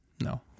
No